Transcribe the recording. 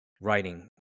writing